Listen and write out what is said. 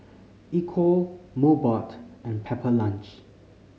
Equal Mobot and Pepper Lunch